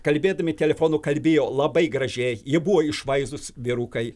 kalbėdami telefonu kalbėjo labai gražiai jie buvo išvaizdūs vyrukai